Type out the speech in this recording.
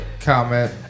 comment